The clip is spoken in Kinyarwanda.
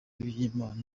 y’imana